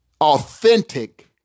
authentic